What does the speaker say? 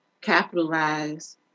capitalize